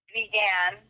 began